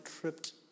tripped